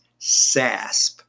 SASP